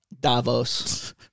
Davos